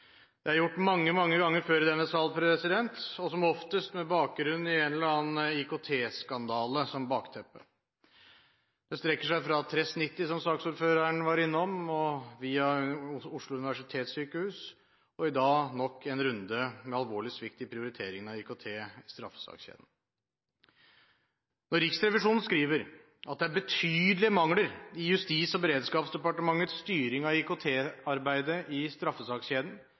Det er gjort mange, mange ganger før i denne sal og som oftest med bakgrunn i en eller annen IKT-skandale. Det strekker seg fra TRESS-90 – som saksordføreren var innom – via Oslo universitetssykehus og til i dag, med nok en runde med alvorlig svikt i prioriteringen av IKT i straffesakskjeden. Når Riksrevisjonen skriver at det er betydelige mangler i Justis- og beredskapsdepartementets styring av IKT-arbeidet i straffesakskjeden,